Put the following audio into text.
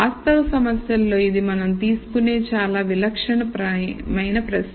వాస్తవ సమస్యలలో ఇది మనం తీసుకునే ఒక చాలా విలక్షణమైన ప్రశ్న